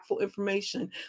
information